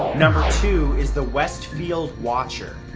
number two is the westfield watcher.